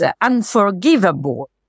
unforgivable